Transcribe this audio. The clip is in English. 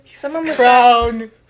Crown